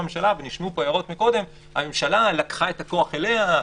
נשמעו פה הערות כאילו הממשלה לקחה את הכוח אליה,